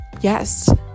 Yes